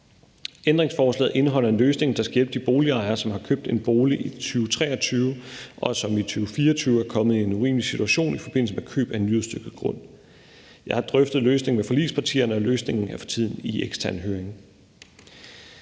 Ændringsforslaget indeholder en løsning, der skal hjælpe de boligejere, som har købt en bolig i 2023, og som i 2024 er kommet i en urimelig situation i forbindelse med køb af en nyudstykket grund. Jeg har drøftet løsningen med forligspartierne, og løsningen er for tiden i ekstern høring.